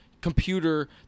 computer